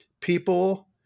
people